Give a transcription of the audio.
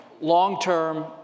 long-term